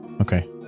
Okay